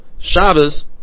Shabbos